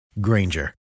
Granger